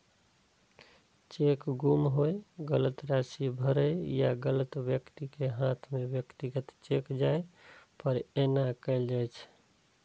cheque गुम होय, गलत राशि भरै या गलत व्यक्तिक हाथे मे व्यक्तिगत चेक जाय पर एना कैल जाइ छै